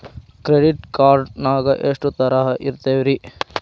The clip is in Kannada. ಕ್ರೆಡಿಟ್ ಕಾರ್ಡ್ ನಾಗ ಎಷ್ಟು ತರಹ ಇರ್ತಾವ್ರಿ?